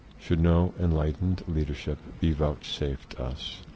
should no enlightened leadership be vouchsafed us,